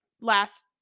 last